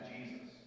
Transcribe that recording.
Jesus